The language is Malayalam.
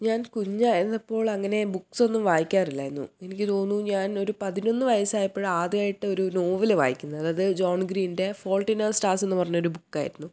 ഞാൻ കുഞ്ഞായിരുന്നപ്പോൾ അങ്ങനെ ബുക്സ് ഒന്നും വായിക്കാറില്ലായിരുന്നു എനിക്ക് തോന്നുന്നു ഞാൻ ഒരു പതിനൊന്ന് വയസ്സായപ്പോഴാണ് ആദ്യമായിട്ട് ഒരു നോവല് വായിക്കുന്നത് അത് ജോൺ ഗ്രീൻ്റെ ഫോൾട്ട് ഇനെ സ്റ്റാർസ് എന്ന് പറഞ്ഞ ഒരു ബുക്ക് ആയിരുന്നു